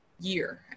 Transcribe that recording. year